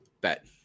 bet